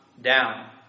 down